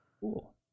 Cool